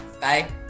bye